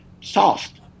soft